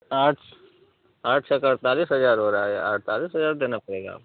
आठ आठ छके अड़तालीस हजार हो रहा है अड़तालीस हजार देना पड़ेगा आपको